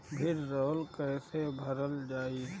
भीडरौल कैसे भरल जाइ?